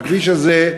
הכביש הזה,